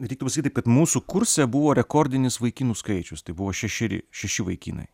reiktų pasakyt taip kad mūsų kurse buvo rekordinis vaikinų skaičius tai buvo šešeri šeši vaikinai